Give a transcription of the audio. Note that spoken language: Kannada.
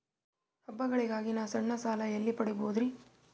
ಹಬ್ಬಗಳಿಗಾಗಿ ನಾ ಸಣ್ಣ ಸಾಲ ಎಲ್ಲಿ ಪಡಿಬೋದರಿ?